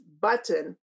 button